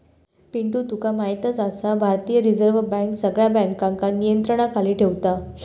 पिंटू तुका म्हायतच आसा, भारतीय रिझर्व बँक सगळ्या बँकांका नियंत्रणाखाली ठेवता